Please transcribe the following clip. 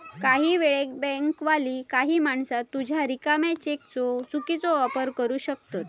काही वेळेक बँकवाली काही माणसा तुझ्या रिकाम्या चेकचो चुकीचो वापर करू शकतत